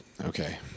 okay